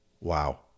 wow